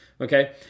okay